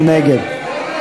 מי נגד?